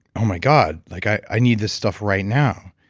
oh, my god. like i i need this stuff right now,